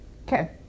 Okay